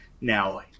now